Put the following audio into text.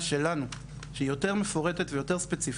שלנו שהיא יותר מפורטת ויותר ספציפית,